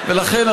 ולכן,